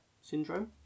Syndrome